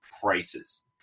prices